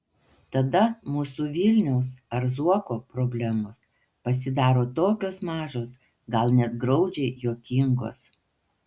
tada mūsų vilniaus ar zuoko problemos pasidaro tokios mažos gal net graudžiai juokingos